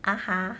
ah ha